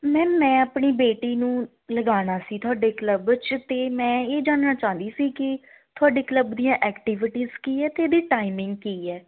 ma'am ਮੈਂ ਆਪਣੀ ਬੇਟੀ ਨੂੰ ਲਗਾਉਣਾ ਸੀ ਤੁਹਾਡੇ ਕਲੱਬ 'ਚ ਅਤੇ ਮੈਂ ਇਹ ਜਾਣਨਾ ਚਾਹੁੰਦੀ ਸੀ ਕਿ ਤੁਹਾਡੇ ਕਲੱਬ ਦੀਆਂ ਐਕਟੀਵੀਟੀਜ਼ ਕੀ ਹੈ ਅਤੇ ਇਹਦੀ ਟਾਈਮਿੰਗ ਕੀ ਹੈ